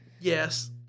Yes